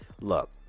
Look